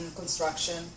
construction